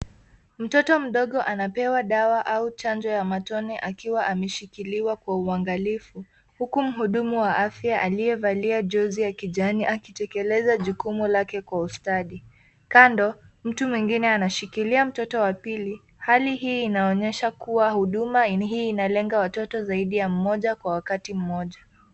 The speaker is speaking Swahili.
Mtoto mdogo anapewa dawa au chanjo ya matone akiwa ameshikiliwa kwa uangalifu huku mhudumu wa afya aliyevalia jozi ya kijani akitekeleza jukumu lake kwa ustadi. Kando, mtu mwingine anashikilia mtoto wa pili. Hali hii inaonyesha kuwa huduma hii inalenga watoto zaidi ya mmoja kwa wakati mmoja.